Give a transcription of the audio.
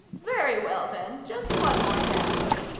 very well, then. just one more hand.